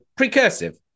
precursive